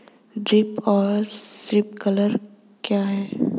Drip और sprinkler क्या हैं?